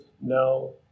no